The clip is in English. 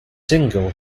single